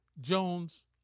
Jones